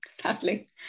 sadly